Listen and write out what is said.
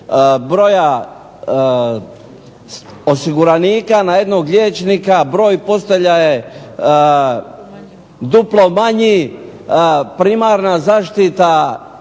broja osiguranika na jednog liječnika, broj postelja je duplo manji, primarna zaštita